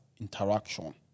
interaction